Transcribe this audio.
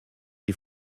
die